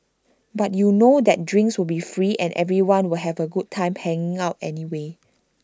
because you know that drinks will be free and everyone will have A good time hanging out anyway